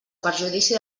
perjudici